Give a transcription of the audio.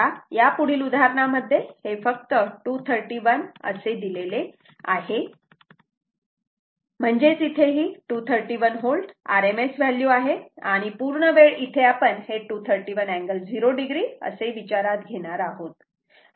आता या पुढील उदाहरणामध्ये हे फक्त 231 असे दिलेले आहे म्हणजेच इथे ही 231 V RMS व्हॅल्यू आहे आणि पूर्ण वेळ इथे आपण हे 231 अँगल 0 o असे विचारात घेणार आहोत